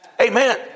Amen